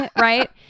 right